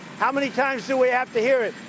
how many times do we have to hear it?